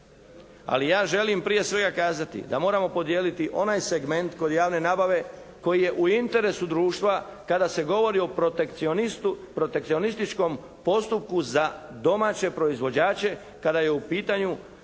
Ali ja želim prije svega kazati da moramo podijeliti onaj segment kod javne nabave koji je u interesu društva kada se govorio o protekcionistu, protekcionističkom postupku za domaće proizvođače kada je u pitanju